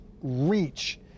reach